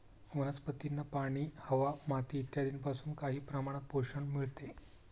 वनस्पतींना पाणी, हवा, माती इत्यादींपासून काही प्रमाणात पोषण मिळते